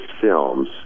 films